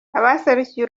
abaserukiye